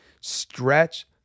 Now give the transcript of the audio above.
stretch